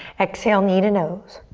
exhale, knee to nose.